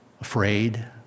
Afraid